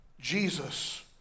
Jesus